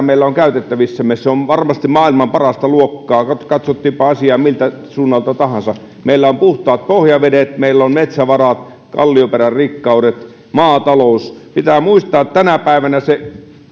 meillä on käytettävissämme on varmasti maailman parasta luokkaa katsottiinpa asiaa miltä suunnalta tahansa meillä on puhtaat pohjavedet meillä on metsävarat kallioperän rikkaudet maatalous pitää muistaa tänä päivänä se